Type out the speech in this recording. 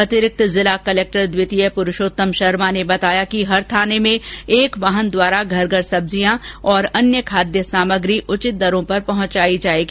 अतिरिक्त जिला कलेक्टर द्वितीय पुरूषोत्तम शर्मा ने बताया कि हर थाने में एक वाहन द्वारा घर घर सब्जियां तथा अन्य खाद्य सामग्री उचित दरों पर पहुंचायी जाएगी